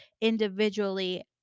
individually